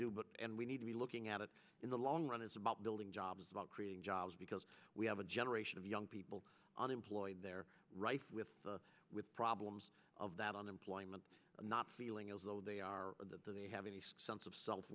do but and we need to be looking at it in the long run it's about building jobs about creating jobs because we have a generation of young people unemployed there rife with with problems of that unemployment not feeling as though they are they have any sense of self